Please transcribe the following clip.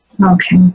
Okay